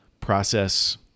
process